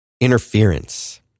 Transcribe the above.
interference